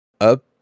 up